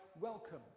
welcome